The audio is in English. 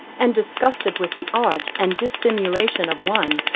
and disgusted with the art and dissimulation of one,